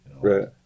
Right